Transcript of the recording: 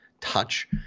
touch